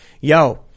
yo